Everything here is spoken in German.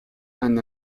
einen